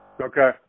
Okay